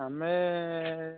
ଆମେ